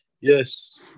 Yes